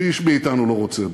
שאיש מאתנו לא רוצה בה.